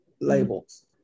labels